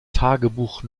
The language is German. tagebuch